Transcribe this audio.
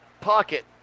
pocket